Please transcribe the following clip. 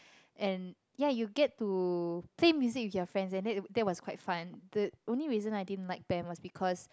and ya you get to play music with your friends and that is that was quite fun the only reason I didn't like band because